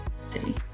City